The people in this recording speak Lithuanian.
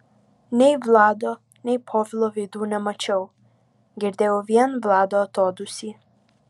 nei vlado nei povilo veidų nemačiau girdėjau vien vlado atodūsį